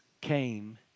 came